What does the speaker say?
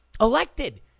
elected